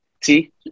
See